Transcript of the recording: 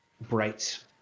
bright